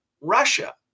Russia